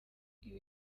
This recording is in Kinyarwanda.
ibi